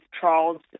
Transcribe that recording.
trials